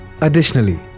Additionally